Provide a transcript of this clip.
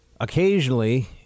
Occasionally